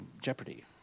Jeopardy